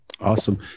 Awesome